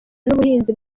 n’ubuhinzi